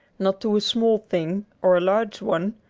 not to a small thing or a large one,